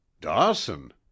Dawson